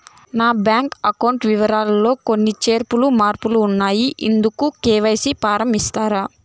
నా bank account వివరాలు లో కొన్ని చేర్పులు మార్పులు ఉన్నాయి, ఇందుకు కె.వై.సి ఫారం ఇస్తారా?